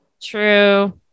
True